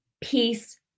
peace